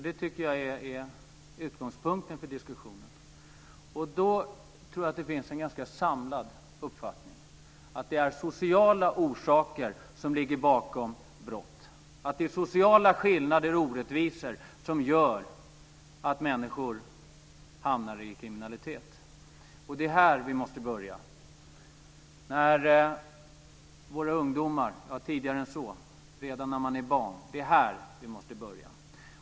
Det tycker jag är utgångspunkten för diskussionen. Det finns en ganska samlad uppfattning om att det är sociala orsaker som ligger bakom brott. Det är sociala skillnader och orättvisor som gör att människor hamnar i kriminalitet. Det är här vi måste börja - redan med våra barn, innan de har blivit ungdomar. Det är svårt att jämföra satsningarna.